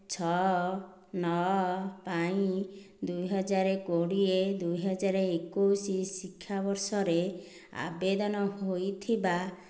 ଛଅ ନଅ ପାଇଁ ଦୁଇହଜାର କୋଡ଼ିଏ ଦୁଇହଜାର ଏକୋଇଶ ଶିକ୍ଷାବର୍ଷରେ ଆବେଦନ ହୋଇଥିବା